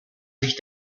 sich